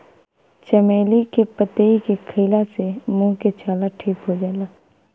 चमेली के पतइ के खईला से मुंह के छाला ठीक हो जाला